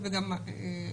אגב,